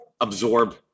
absorb